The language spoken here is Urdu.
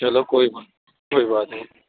چلو کوئی بات کوئی بات نہیں